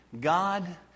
God